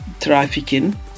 trafficking